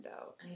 out